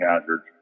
hazards